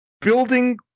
building